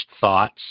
thoughts